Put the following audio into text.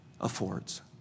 affords